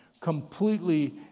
completely